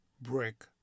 brick